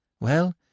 Well